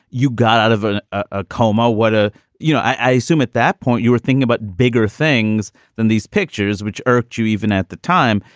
you got out of a ah coma. what? ah you know, i assume at that point you were thinking about bigger things than these pictures, which irked you even at the time.